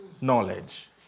knowledge